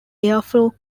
airflow